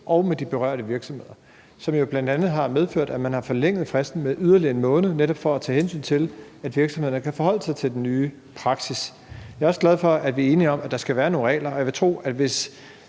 og de berørte virksomheder, som jo bl.a. har medført, at man har forlænget fristen med yderligere 1 måned, netop for at tage hensyn til, at virksomhederne kan forholde sig til den nye praksis. Jeg er også glad for, at vi er enige om, at der skal være nogle regler, og jeg vil tro, at hvis